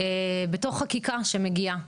בתור חקיקה שמגיעה.